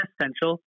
essential